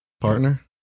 partner